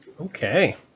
Okay